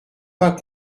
pas